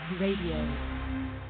Radio